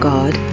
God